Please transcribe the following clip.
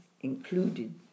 included